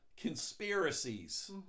conspiracies